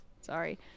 Sorry